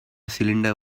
cylinder